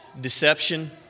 deception